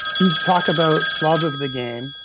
you talk about love of the game.